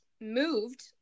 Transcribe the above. moved